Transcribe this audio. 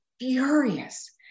furious